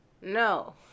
No